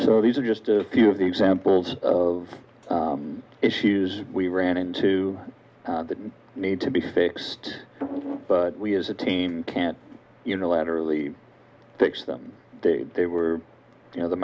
so these are just a few of the examples of issues we ran into that need to be fixed but we as a team can't unilaterally fix them they were you know the